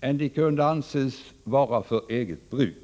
än vad som kunde anses vara till för eget bruk.